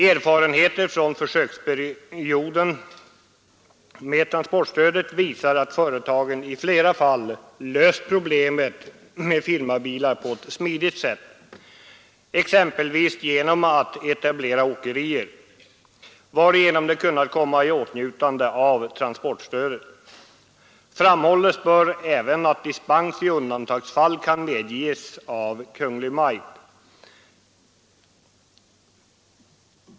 Erfarenheter från försöksperioden med transportstödet visar att företagen i flera fall löst problemet med transporter med firmabilar på ett smidigt sätt, exempelvis genom att etablera åkerier, varigenom de kommer i åtnjutande av transportstöd. Framhållas bör även att dispens i undantagsfall kan medges av Kungl. Maj:t.